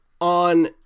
on